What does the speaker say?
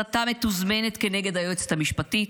הסתה מתוזמנת כנגד היועצת המשפטית